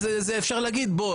אז אפשר להגיד 'בוא,